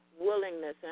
willingness